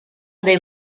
dei